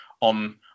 on